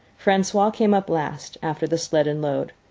francois came up last, after the sled and load.